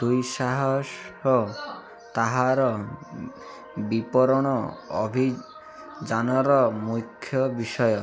ଦୁଃସାହସ ତାହାର ବିପରନ ଅଭିଯାନର ମୁଖ୍ୟ ବିଷୟ